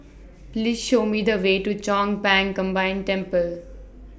Please Show Me The Way to Chong Pang Combined Temple